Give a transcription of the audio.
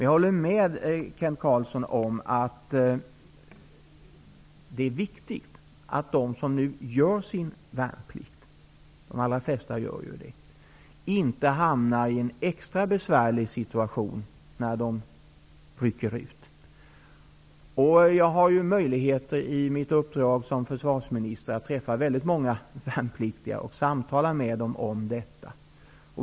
Jag håller med Kent Carlsson om att det är viktigt att de som nu gör sin värnplikt -- och de allra flesta gör det -- inte hamnar i en extra besvärlig situation när de rycker ut. Jag har i mitt uppdrag såsom försvarsminister möjlighet att träffa väldigt många värnpliktiga och samtala med dem om detta.